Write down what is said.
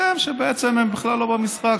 ולסכם שהם בכלל לא במשחק,